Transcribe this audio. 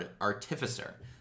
Artificer